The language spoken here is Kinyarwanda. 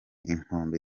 inkombe